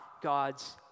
God's